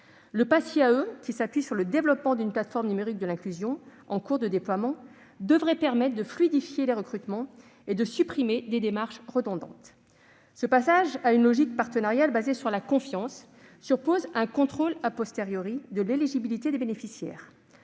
Le « Pass IAE », qui s'appuie sur le développement d'une plateforme numérique de l'inclusion- en cours de déploiement -, devrait permettre de fluidifier les recrutements et de supprimer des démarches redondantes. Ce passage à une logique partenariale fondée sur la confiance suppose un contrôle de l'éligibilité des bénéficiaires.